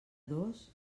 dos